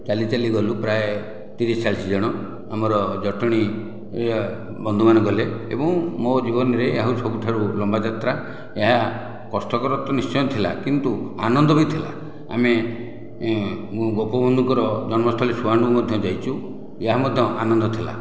ଚାଲି ଚାଲି ଗଲୁ ପ୍ରାୟ ତିରିଶ ଚାଳିଶ ଜଣ ଆମର ଜଟଣୀ ବନ୍ଧୁମାନେ ଗଲେ ଏବଂ ମୋ ଜୀବନରେ ଏହା ହେଉଛି ସବୁଠାରୁ ଲମ୍ବା ଯାତ୍ରା ଏହା କଷ୍ଟକର ତ ନିଶ୍ଚୟ ଥିଲା କିନ୍ତୁ ଆନନ୍ଦ ବି ଥିଲା ଆମେ ମୁଁ ଗୋପବନ୍ଧୁଙ୍କର ଜନ୍ମସ୍ଥଳୀ ସୁଆଣ୍ଡ ମଧ୍ୟ ଯାଇଛୁ ଏହା ମଧ୍ୟ ଆନନ୍ଦ ଥିଲା